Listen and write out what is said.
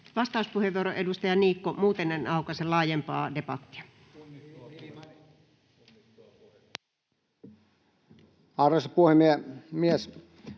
Vastauspuheenvuoro edustaja Niikko, muuten en aukaise laajempaa debattia. [Speech